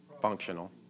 Functional